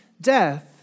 death